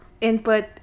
input